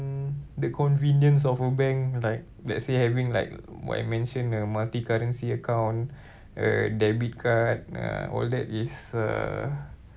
mm the convenience of a bank like let's say having like what I mentioned uh multi currency account uh debit card uh all that is uh